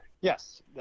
yes